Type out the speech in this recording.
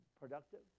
productive